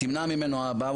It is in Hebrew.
תמנע ממנו אבא,